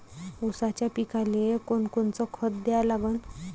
ऊसाच्या पिकाले कोनकोनचं खत द्या लागन?